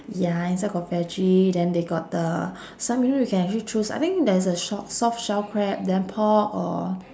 ya inside got veggie then they got the some maybe you can actually choose I think there're a sh~ shell soft shell crab then pork or